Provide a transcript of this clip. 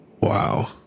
Wow